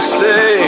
say